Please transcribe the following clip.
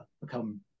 become